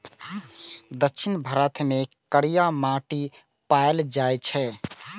दक्षिण भारत मे करिया माटि पाएल जाइ छै